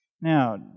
Now